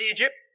Egypt